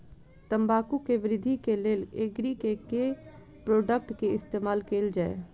तम्बाकू केँ वृद्धि केँ लेल एग्री केँ के प्रोडक्ट केँ इस्तेमाल कैल जाय?